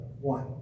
one